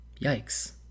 Yikes